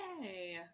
Yay